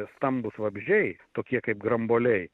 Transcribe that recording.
stambūs vabzdžiai tokie kaip grambuoliai